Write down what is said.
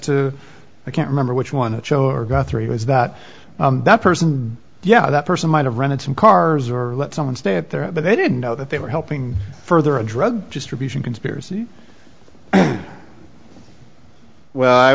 to i can't remember which one are guthrie was that that person yeah that person might have run into some cars or let someone stay up there but they didn't know that they were helping further a drug distribution conspiracy well i